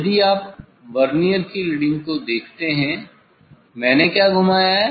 यदि आप वर्नियर की रीडिंग को देखते हैं मैंने क्या घुमाया है